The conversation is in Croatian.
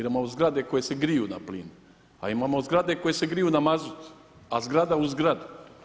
Idemo u zgrade koje se griju na plin, a imamo zgrade koje se griju na mazut, a zgrada uz zgradu.